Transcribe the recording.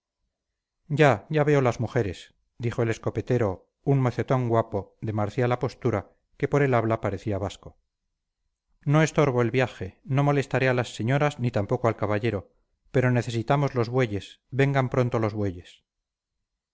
ya ya veo las mujeres dijo el escopetero un mocetón guapo de marcial apostura que por el habla parecía vasco no estorbo el viaje no molestaré a las señoras ni tampoco al caballero pero necesitamos los bueyes vengan pronto los bueyes